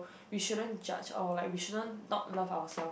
we shouldn't judge or like we shouldn't talk love ourselves